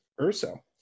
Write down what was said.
Urso